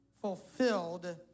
fulfilled